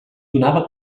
donava